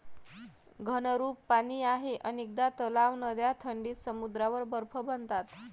घनरूप पाणी आहे अनेकदा तलाव, नद्या थंडीत समुद्रावर बर्फ बनतात